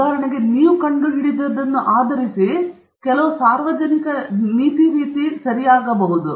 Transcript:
ಉದಾಹರಣೆಗೆ ನೀವು ಕಂಡುಹಿಡಿದಿದ್ದನ್ನು ಆಧರಿಸಿ ಕೆಲವು ಸಾರ್ವಜನಿಕ ನೀತಿ ಸರಿ ಆಗಿರಬಹುದು